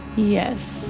yes.